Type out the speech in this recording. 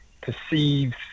perceives